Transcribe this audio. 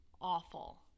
awful